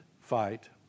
fight